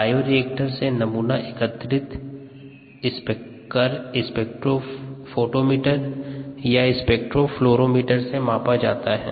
bioreactor से नमूना एकत्रित कर स्पेक्ट्रोफोटोमीटर या स्पेक्ट्रोफ्लुरोमीटर से मापा जाता है